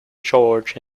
george